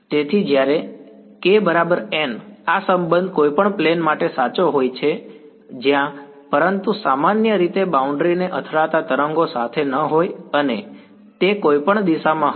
તેથી જ્યારે k n આ સંબંધ કોઈપણ પ્લેન માટે સાચો હોય છે જ્યાં પરંતુ સામાન્ય રીતે બાઉન્ડ્રી ને અથડાતા તરંગો સાથે ન હોય અને તે કોઈપણ દિશામાં હશે